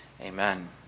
Amen